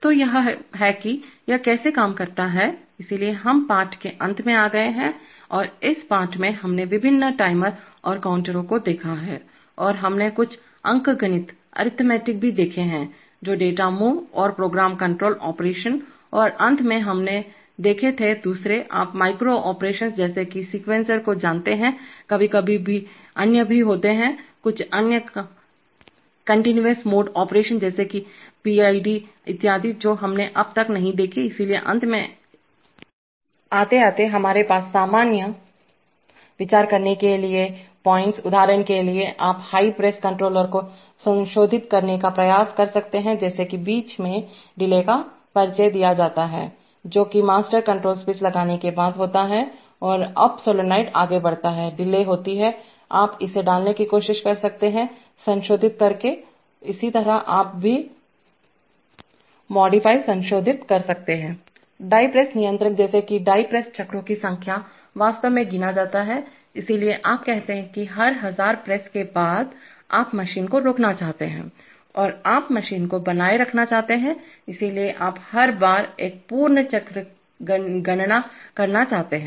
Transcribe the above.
तो यह है कि यह कैसे काम करता है इसलिए हम पाठ के अंत में आ गए हैं और इस पाठ में हमने विभिन्न टाइमर और काउंटरों को देखा है और हमने कुछ अंकगणितअरिथमेटिक भी देखे हैं जो डेटा मूव और प्रोग्राम कण्ट्रोल ऑपरेशन्स और अंत में हमने देखे थे दूसरे आप मैक्रो ऑपरेशंस जैसे एक सीक्वेंसर को जानते हैं कभी कभी अन्य भी होते हैं कुछ अन्य कंटीन्यूअस मोड ऑपरेशन जैसे पीआईडी इत्यादि जो हमने अब तक नहीं देखे हैं इसलिए अंत तक आते आते हमारे पास सामान्य विचार करने के लिए पॉइंट्स उदाहरण के लिए आप डाई प्रेस कंट्रोलर को संशोधित करने का प्रयास कर सकते हैं जैसे कि बीच में डिले का परिचय दिया जाता है जो कि मास्टर कंट्रोल स्विच लगाने के बाद होता है और अप सॉलोनॉइड आगे बढ़ता है डिले होती है आप इसे डालने की कोशिश कर सकते हैं संशोधित करके इसी तरह आप भी मॉडिफाई संशोधित कर सकते हैं डाई प्रेस नियंत्रक जैसे कि डाई प्रेस चक्रों की संख्या वास्तव में गिना जाता है इसलिए आप कहते हैं कि हर हजार प्रेस के बाद आप मशीन को रोकना चाहते हैं और आप मशीन को बनाए रखना चाहते हैं इसलिए आप हर बार एक पूर्ण चक्र की गणना करना चाहते हैं